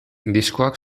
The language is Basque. diskoak